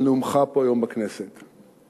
על נאומך פה בכנסת היום.